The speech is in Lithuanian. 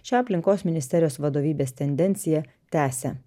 šią aplinkos ministerijos vadovybės tendenciją tęsia